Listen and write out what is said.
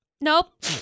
nope